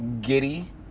giddy